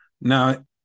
now